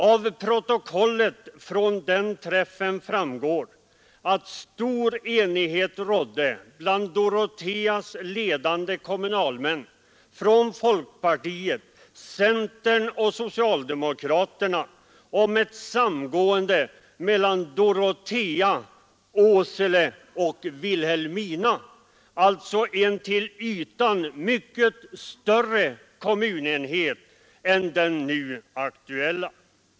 Av protokollet från den träffen framgår att stor enighet rådde bland Doroteas ledande kommunalmän från folkpartiet, centern och social demokraterna om ett samgående mellan Dorotea, Åsele och Vilhelmina — alltså en till ytan mycket större kommunenhet än den nu aktuella.